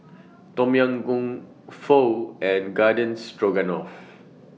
Tom Yam Goong Pho and Garden Stroganoff